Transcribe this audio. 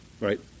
right